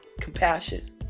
compassion